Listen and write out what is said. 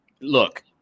look